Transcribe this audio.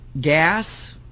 gas